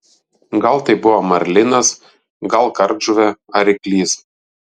gal tai buvo marlinas gal kardžuvė ar ryklys